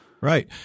Right